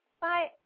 Bye